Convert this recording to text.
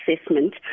assessment